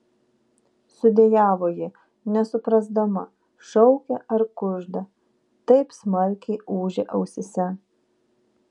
sudejavo ji nesuprasdama šaukia ar kužda taip smarkiai ūžė ausyse